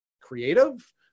creative